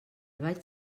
vaig